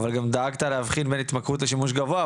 אבל גם דאגת להבחין בין התמכרות לשימוש גבוה.